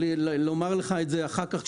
תרשה לי לומר לך את זה אחר כך,